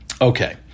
Okay